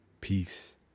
Peace